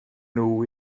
nhw